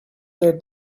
their